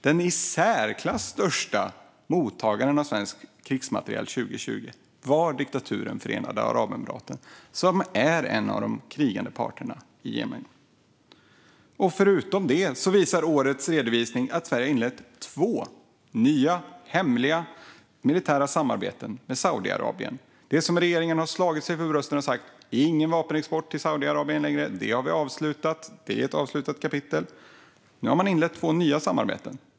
Den i särklass största mottagaren av svensk krigsmateriel 2020 var diktaturen Förenade Arabemiraten, som är en av de krigande parterna i Jemen. Förutom det visar årets redovisning att Sverige har inlett två nya, hemliga militära samarbeten med Saudiarabien. Regeringen har slagit sig för bröstet och sagt: Ingen vapenexport till Saudiarabien längre! Det är ett avslutat kapitel! Nu har man inlett två nya samarbeten.